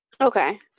Okay